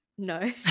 No